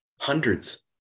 hundreds